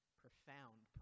profound